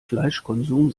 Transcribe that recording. fleischkonsum